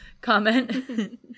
comment